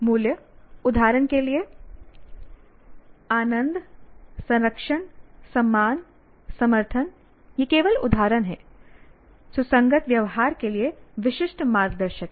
मूल्य उदाहरण के लिए आनंद संरक्षण सम्मान समर्थन ये केवल उदाहरण हैं सुसंगत व्यवहार के लिए विशिष्ट मार्गदर्शक हैं